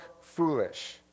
foolish